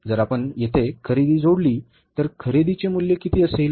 जर आपण येथे खरेदी जोडली तर खरेदीचे मूल्य किती असेल